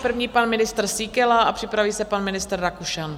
První pan ministr Síkela a připraví se pan ministr Rakušan.